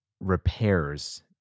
repairs